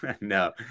no